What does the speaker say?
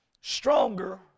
stronger